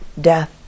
death